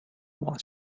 what